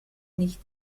nicht